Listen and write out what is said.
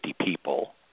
people